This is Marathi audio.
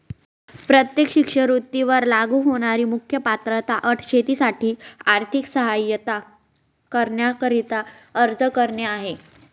प्रत्येक शिष्यवृत्ती वर लागू होणारी मुख्य पात्रता अट शेतीसाठी आर्थिक सहाय्यता करण्याकरिता अर्ज करणे आहे